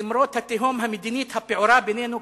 למרות התהום המדינית הפעורה בינינו,